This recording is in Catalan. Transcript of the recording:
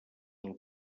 del